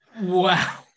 Wow